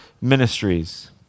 ministries